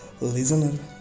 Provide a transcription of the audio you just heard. listener